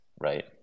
right